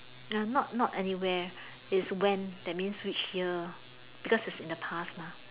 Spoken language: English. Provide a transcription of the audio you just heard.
not not anywhere is when that means which year because is in the past mah